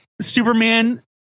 Superman